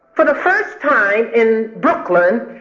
for the first time in brooklyn,